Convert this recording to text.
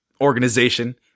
organization